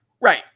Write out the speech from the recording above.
Right